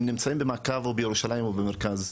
הם נמצאים במעקב או בירושלים או במרכז.